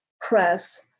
press